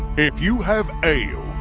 if you have ale,